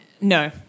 No